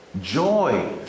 Joy